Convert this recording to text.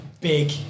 big